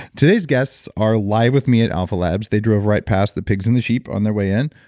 today's guests are live with me at alpha labs. they drove right past the pigs and the sheep on their way in,